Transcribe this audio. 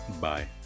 Bye